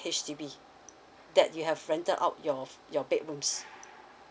H_D_B that you have rented out your of your bedrooms